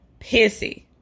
pissy